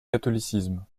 catholicisme